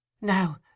Now